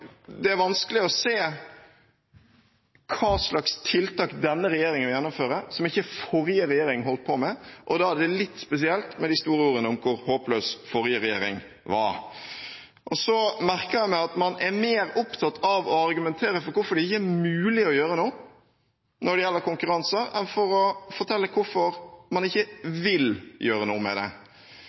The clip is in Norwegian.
Det er vanskelig å se hva slags tiltak denne regjeringen vil gjennomføre, som den forrige regjeringen ikke holdt på med. Da er det litt spesielt å komme med de store ordene om hvor håpløs forrige regjering var. Jeg merker meg at man er mer opptatt av å argumentere for hvorfor det ikke er mulig å gjøre noe med konkurranse enn av å fortelle hvorfor man ikke vil gjøre noe med det.